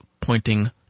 pointing